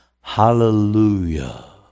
Hallelujah